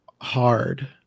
hard